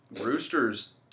Rooster's